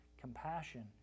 compassion